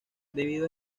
debido